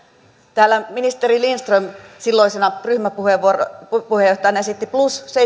täällä ministeri lindström silloisena ryhmäpuheenjohtajana esitti plus